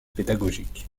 pédagogiques